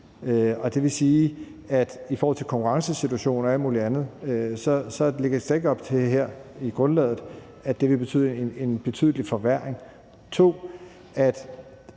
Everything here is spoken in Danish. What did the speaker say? Det vil sige, at i forhold til konkurrencesituationen og alt muligt andet lægges der ikke op til her i grundlaget, at det vil betyde en betydelig forværring. 2)